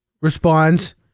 responds